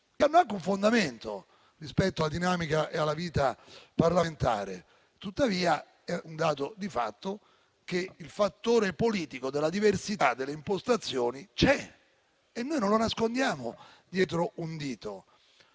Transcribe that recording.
che hanno anche un fondamento rispetto alla dinamica e alla vita parlamentare. Tuttavia, è un dato di fatto che il fattore politico della diversità delle impostazioni c'è, e noi non lo nascondiamo dietro un dito.